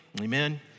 Amen